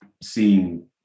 seeing